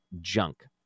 junk